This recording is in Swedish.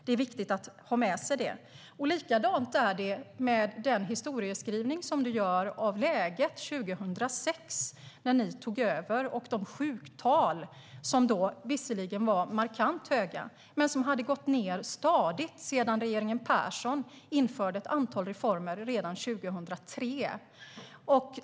Det är viktigt att ha med sig det. Likadant är det med den historieskrivning som du gör när det gäller läget 2006, när ni tog över. Då var sjuktalen visserligen markant höga, men de hade gått ned stadigt sedan regeringen Persson införde ett antal reformer redan 2003.